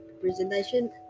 presentation